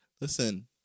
listen